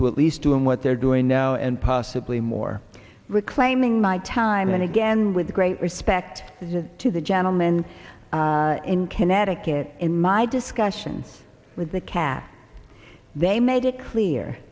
to at least doing what they're doing now and possibly more reclaiming my time and again with great respect to the gentleman in connecticut in my discussions with the cab they made it clear